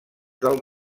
del